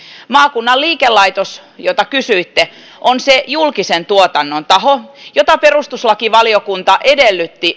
maakunnan liikelaitos josta kysyitte on se julkisen tuotannon taho jonka perustuslakivaliokunta edellytti